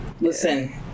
Listen